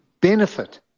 benefit